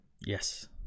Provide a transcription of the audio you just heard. yes